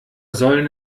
sollen